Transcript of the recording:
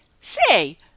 say